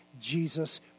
Jesus